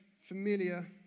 familiar